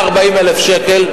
140,000 שקל,